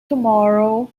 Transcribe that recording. tomorrow